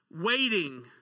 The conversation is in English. waiting